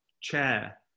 chair